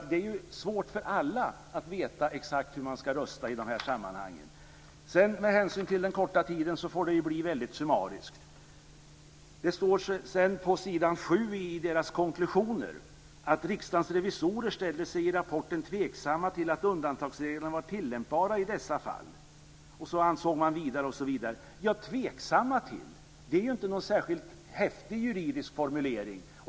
Det är alltså svårt för alla att veta exakt hur man ska rösta i de här sammanhangen. Med hänsyn till den korta tiden får detta bli summariskt. Det står på s. 7 i konklusionerna att Riksdagens revisorer i rapporten ställde sig tveksamma till att undantagsreglerna var tillämpbara i dessa fall. Man ansåg vidare . osv. Att säga att man är "tveksam till" är ju inte någon särskilt häftig juridisk formulering.